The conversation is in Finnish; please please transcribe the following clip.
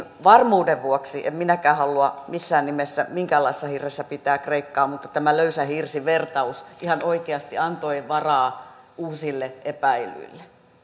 varmuuden vuoksi sanon en minäkään halua missään nimessä minkäänlaisessa hirressä pitää kreikkaa tämä löysä hirsi vertaus ihan oikeasti antoi varaa uusille epäilyille